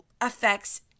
affects